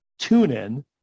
TuneIn